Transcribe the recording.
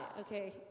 Okay